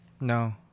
No